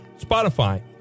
Spotify